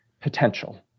potential